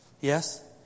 Yes